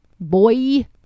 boy